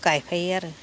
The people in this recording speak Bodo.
गायफायो आरो